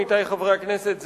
עמיתי חברי הכנסת,